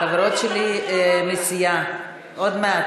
חברות שלי לסיעה, עוד מעט.